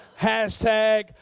Hashtag